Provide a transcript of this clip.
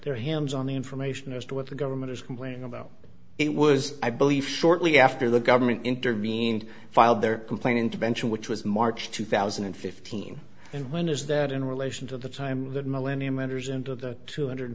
their hands on the information as to what the government is complaining about it was i believe shortly after the government intervened filed their complaint intervention which was march two thousand and fifteen and when is that in relation to the time that millennium enters into the two hundred